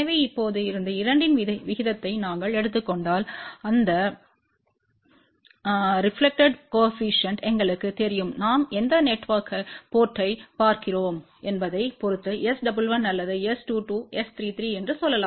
எனவே இப்போது இருந்து இரண்டின் விகிதத்தை நாங்கள் எடுத்துக் கொண்டால் அந்த ரெப்லக்டெட்ப்பு கோஏபிசிஎன்ட் எங்களுக்குத் தெரியும் நாம்எந்த போர்ட்த்தைப் பார்க்கிறோம் என்பதைப் பொறுத்துS11அல்லது S22S33என்று சொல்லலாம்